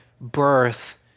birth